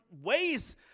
ways